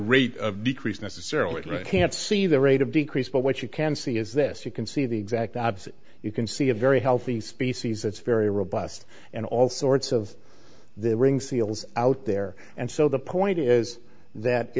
rate of decrease necessarily can't see the rate of decrease but what you can see is this you can see the exact opposite you can see a very healthy species that's very robust and all sorts of the ring seals out there and so the point is that